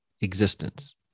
existence